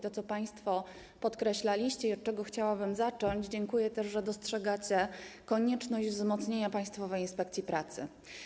To, co państwo podkreślaliście, a od czego chciałabym zacząć i za co też dziękuję: dostrzegacie konieczność wzmocnienia Państwowej Inspekcji Pracy.